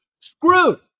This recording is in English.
Screwed